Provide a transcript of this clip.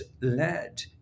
led